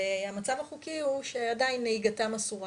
והמצב החוקי הוא שעדיין נהיגתם אסורה.